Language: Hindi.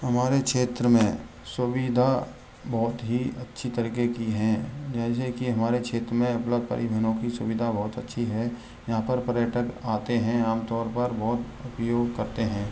हमारे क्षेत्र में है सुविधा बहुत ही अच्छी तरीक़े की है जैसे कि हमारे क्षेत्र में उपलब्ध परिवहनों की सुविधा बहुत अच्छी है यहाँ पर पर्यटक आते हैं आम तौर पर बहुत उपयोग करते हैं